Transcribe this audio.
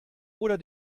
oder